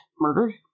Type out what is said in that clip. murdered